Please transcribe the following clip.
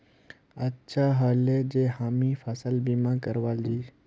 अच्छा ह ले जे हामी फसल बीमा करवाल छि